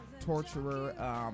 torturer